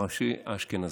הראשי האשכנזי.